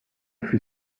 fut